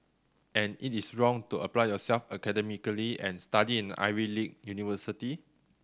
and it is wrong to apply yourself academically and study in an Ivy league university